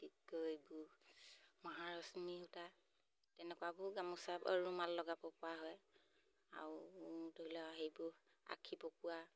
গোমহ ৰশ্মি সূতা তেনেকুৱাবোৰ গামোচা আৰু মাল লগা পকোৱা হয় আৰু ধৰি লওক সেইবোৰ আশী পকোৱা